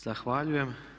Zahvaljujem.